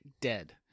dead